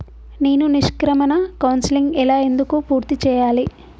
నేను నిష్క్రమణ కౌన్సెలింగ్ ఎలా ఎందుకు పూర్తి చేయాలి?